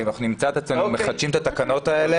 ואם אנחנו נמצא את עצמנו מחדשים את התקנות האלה,